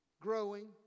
growing